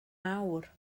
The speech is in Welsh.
awr